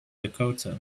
dakota